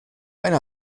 einer